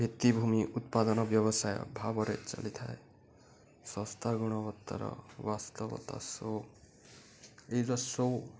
ଭିତ୍ତିଭୂମି ଉତ୍ପାଦନ ବ୍ୟବସାୟ ଭାବରେ ଚାଲିଥାଏ ଶସ୍ତା ଗୁଣବତ୍ତାର ବାସ୍ତବତା ସବୁ ଏଇଯେଉଁ ସବୁ